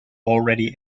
already